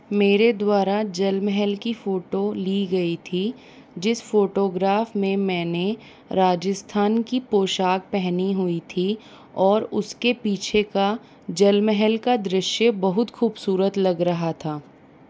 मेरे द्वारा जल महल की फोटो ली गई थी जिस फोटोग्राफ में मैंने राजस्थान की पोशाक पहनी हुई थी और उसके पीछे का जल महल का दृश्य बहुत खूबसूरत लग रहा था